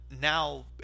now –